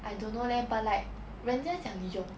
I don't know leh but like 人家讲有